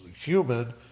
human